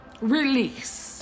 Release